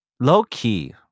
low-key